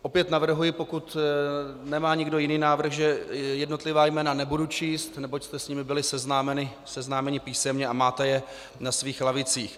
Opět navrhuji, pokud nemá nikdo jiný návrh, že jednotlivá jména nebudu číst, neboť jste s nimi byli seznámeni písemně a máte je na svých lavicích.